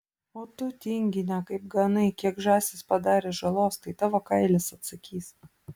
o tu tingine kaip ganai kiek žąsys padarė žalos tai tavo kailis atsakys